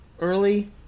early